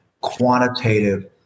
quantitative